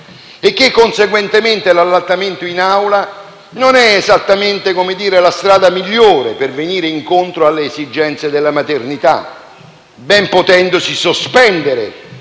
altri? Conseguentemente, l'allattamento in Aula non è esattamente la strada migliore per venire incontro alle esigenze della maternità, ben potendosi sospendere